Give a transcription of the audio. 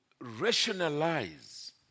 rationalize